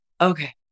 okay